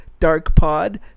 darkpod